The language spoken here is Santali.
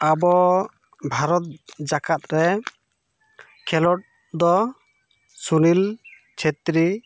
ᱟᱵᱚ ᱵᱷᱟᱨᱚᱛ ᱡᱟᱠᱟᱛ ᱨᱮ ᱠᱷᱮᱞᱳᱰ ᱫᱚ ᱥᱩᱱᱤᱞ ᱪᱷᱮᱛᱨᱤ